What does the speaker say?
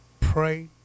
pray